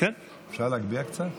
אפשר להגביה קצת?